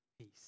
peace